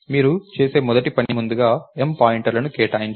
మీరు చేసే మొదటి పని ముందుగా M పాయింటర్లను కేటాయించడం